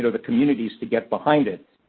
the communities to get behind it.